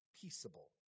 peaceable